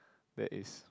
that is